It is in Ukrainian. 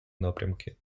напрямки